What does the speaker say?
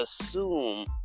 assume